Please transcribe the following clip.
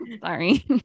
sorry